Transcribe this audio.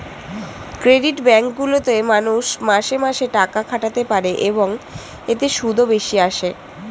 credit bank গুলিতে মানুষ মাসে মাসে টাকা খাটাতে পারে, এবং এতে সুদও বেশি আসে